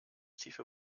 tiefe